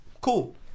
Cool